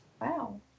Wow